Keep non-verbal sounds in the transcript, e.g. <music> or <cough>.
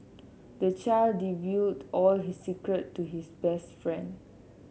the child <unintelligible> all his secret to his best friend